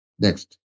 Next